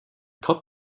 cup